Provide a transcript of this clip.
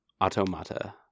Automata